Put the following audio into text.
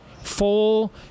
full